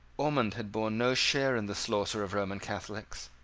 ormond had borne no share in the slaughter of roman catholics.